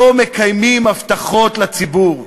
לא מקיימים הבטחות לציבור.